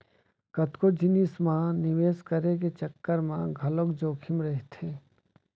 कतको जिनिस म निवेस करे के चक्कर म घलोक जोखिम रहिथे